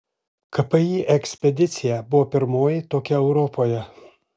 kpi ekspedicija buvo pirmoji tokia europoje